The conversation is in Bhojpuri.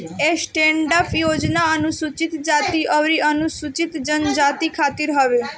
स्टैंडअप योजना अनुसूचित जाती अउरी अनुसूचित जनजाति खातिर हवे